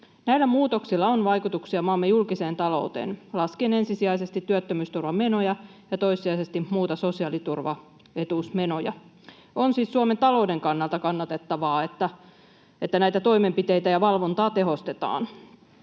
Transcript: Näillä muutoksilla on vaikutuksia maamme julkiseen talouteen laskien ensisijaisesti työttömyysturvamenoja ja toissijaisesti muita sosiaaliturvaetuusmenoja. On siis Suomen talouden kannalta kannatettavaa, että näitä toimenpiteitä ja valvontaa tehostetaan.